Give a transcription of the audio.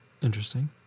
Interesting